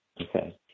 Okay